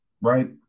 right